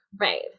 right